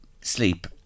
sleep